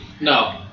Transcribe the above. no